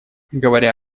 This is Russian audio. говоря